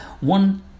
One